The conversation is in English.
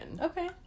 Okay